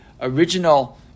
original